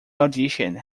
audition